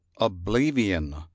Oblivion